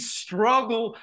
struggle